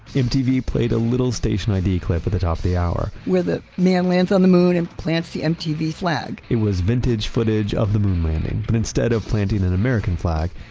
mtv played a little station id clip at the top of the hour where the man lands on the moon and plants the mtv flag it was vintage footage of the moon landing, but instead of planting an american flag,